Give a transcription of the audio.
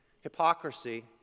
Hypocrisy